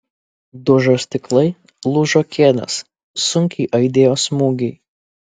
dužo stiklai lūžo kėdės sunkiai aidėjo smūgiai